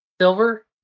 silver